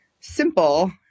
simple